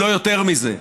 אם לא יותר מזה.